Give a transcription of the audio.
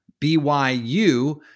BYU